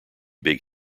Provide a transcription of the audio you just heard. big